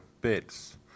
bids